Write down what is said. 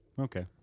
Okay